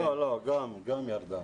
לא, היא גם ירדה.